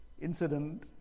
incident